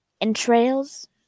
Entrails